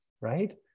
right